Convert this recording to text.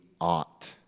ought